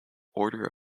order